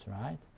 right